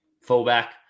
fullback